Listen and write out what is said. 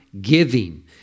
giving